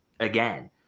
again